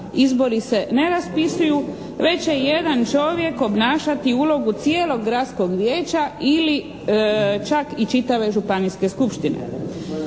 izbori se ne raspisuju već će jedan čovjek obnašati ulogu cijelog gradskog vijeća ili čak i čitave županijske skupštine.